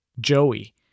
Joey